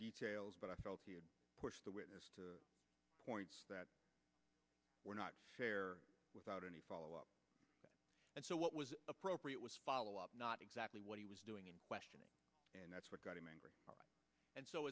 details but i felt the witness points that were not there without any follow up and so what was appropriate was follow up not exactly what he was doing in questioning and that's what got him angry and so